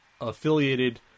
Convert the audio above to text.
affiliated